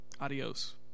Adios